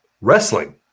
Wrestling